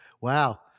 Wow